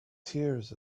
tears